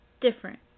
different